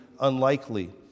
unlikely